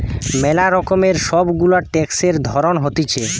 ম্যালা রকমের সব গুলা ট্যাক্সের ধরণ হতিছে